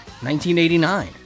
1989